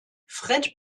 fred